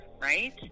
right